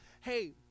hey